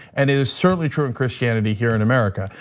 and it is certainly true in christianity here in america.